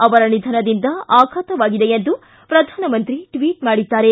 ಅವರ ನಿಧನದಿಂದ ಅಘಾತವಾಗಿದೆ ಎಂದು ಪ್ರಧಾನಮಂತ್ರಿ ಟ್ವೀಟ್ ಮಾಡಿದ್ದಾರೆ